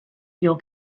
fuel